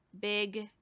big